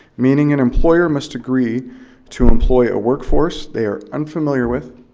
meaning an employer must agree to employ a workforce they are unfamiliar with,